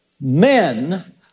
Men